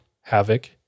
Havoc